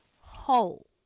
whole